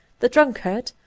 the drunkard,